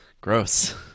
Gross